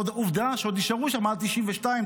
עובדה שעוד נשארו שם עד 1992,